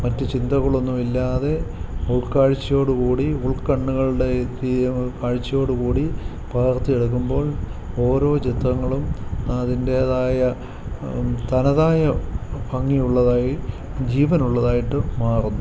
മറ്റു ചിന്തകളൊന്നും ഇല്ലാതെ ഉൾക്കാഴ്ച്ചയോടുകൂടി ഉൾക്കണ്ണുകളുടെ കാഴ്ച്ചയോടുകൂടി പകർത്തിയെടുക്കുമ്പോൾ ഒരോ ചിത്രങ്ങളും അതിൻറ്റേതായ തനതായ ഭംഗിയുള്ളതായി ജീവനുള്ളതായിട്ടു മാറുന്നു